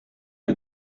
you